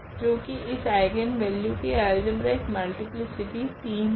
जो की इस आइगनवेल्यू की अल्जेब्रिक मल्टीप्लीसिटी 3 है